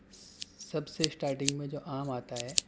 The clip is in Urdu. سب سے اسٹارٹنگ میں جو آم آتا ہے